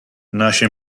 nasce